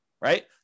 Right